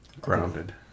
Grounded